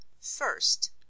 First